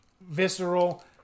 visceral